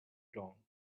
wrong